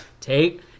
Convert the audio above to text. Take